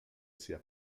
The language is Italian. sia